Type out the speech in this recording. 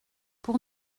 pour